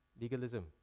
legalism